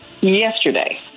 yesterday